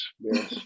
yes